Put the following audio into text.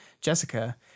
Jessica